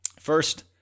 First